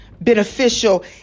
beneficial